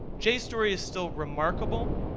jay's story is still remarkable.